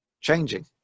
changing